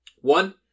One